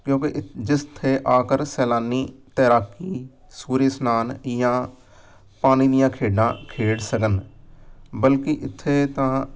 ਕਿਉਂਕਿ ਜਿੱਥੇ ਆਕਰ ਸੈਲਾਨੀ ਤੈਰਾਕੀ ਸੂਰਿਆ ਇਸ਼ਨਾਨ ਜਾਂ ਪਾਣੀ ਦੀਆਂ ਖੇਡਾਂ ਖੇਡ ਸਕਣ ਬਲਕਿ ਇੱਥੇ ਤਾਂ